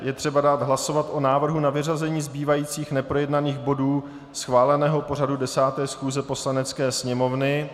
Je třeba dát hlasovat o návrhu na vyřazení zbývajících neprojednaných bodů schváleného pořadu 10. schůze Poslanecké sněmovny.